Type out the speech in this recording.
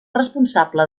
responsable